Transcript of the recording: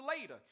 later